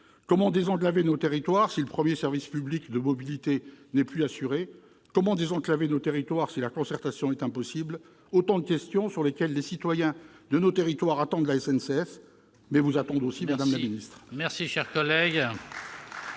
Comment désenclaver nos territoires si le premier service public de mobilité n'est plus assuré ? Comment désenclaver nos territoires si la concertation est impossible ? Autant de questions sur lesquelles les citoyens de nos territoires attendent la SNCF, mais vous attendent aussi, madame la ministre.